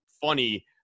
funny